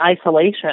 isolation